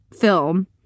film